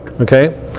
okay